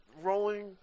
Rolling